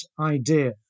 idea